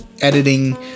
editing